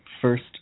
first